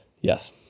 yes